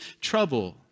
trouble